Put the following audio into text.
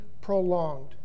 prolonged